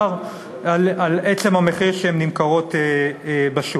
דבר על עצם המחיר שבו הן נמכרות בשוק,